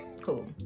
cool